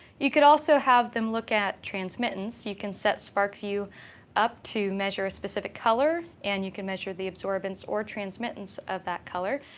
you could also have them look at transmittance. you can set sparkvue up to measure a specific color, and you can measure the absorbance or transmittance of that color.